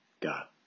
God